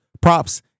props